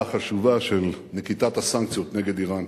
החשובה של נקיטת הסנקציות נגד אירן.